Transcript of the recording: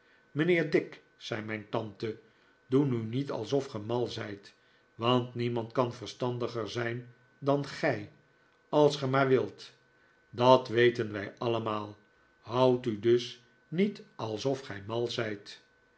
mijnheer dick zei mijn tante doe nu niet alsof ge mal zijt want niemand kan verstandiger zijn dan gij als ge maar wilt dat weten wij allemaal houd u dus niet alsof ge mal zijt